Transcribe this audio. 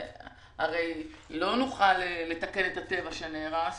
הרי לא נוכל לתקן את הטבע שנהרס,